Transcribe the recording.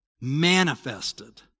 manifested